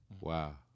Wow